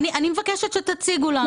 אני מבקשת שתציגי לנו אותן.